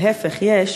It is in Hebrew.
להפך, יש,